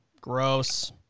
Gross